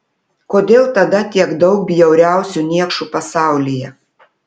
kodėl tada tiek daug bjauriausių niekšų pasaulyje